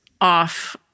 off